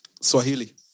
Swahili